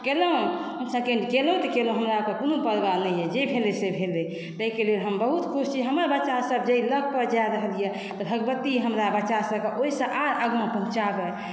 कएलहुॅं सेकंड कएलहुॅं तऽ कएलहुॅं हमरा ओकर कोनो परवाह नहि यऽ जे भेलै से भेलै ताहि के लेल हम बहुत खुश छी हमर बच्चा सब जे जाहि पथ पर जाए रहल यऽ तऽ भगवती हमरा बच्चा सब कऽ ओहिसँ आर आगाँ पहुँचाबए